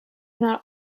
not